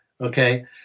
okay